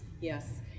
Yes